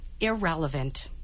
irrelevant